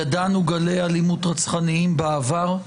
ידענו גלי אלימות רצחניים בעבר,